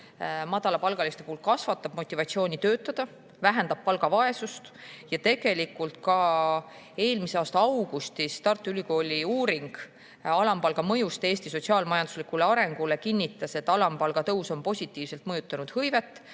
madalapalgaliste inimeste motivatsiooni töötada, vähendab palgavaesust. Eelmise aasta augustis kinnitas Tartu Ülikooli uuring alampalga mõjust Eesti sotsiaal-majanduslikule arengule, et alampalga tõus on positiivselt mõjutanud hõivet,